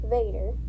Vader